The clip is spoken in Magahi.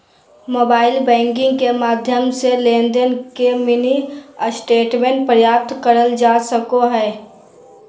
मोबाइल बैंकिंग के माध्यम से लेनदेन के मिनी स्टेटमेंट प्राप्त करल जा सको हय